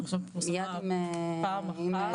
אני חושבת שהיא פורסמה פעם אחת.